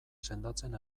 sendatzen